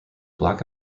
black